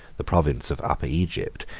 the province of upper egypt,